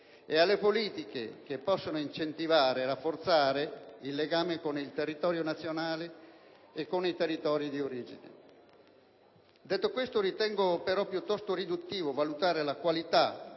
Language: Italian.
e alle politiche che possono incentivare e rafforzare il legame con il territorio nazionale e con i territori di origine. Ritengo tuttavia piuttosto riduttivo valutare la qualità